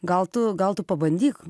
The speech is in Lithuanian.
gal tu gal tu pabandyk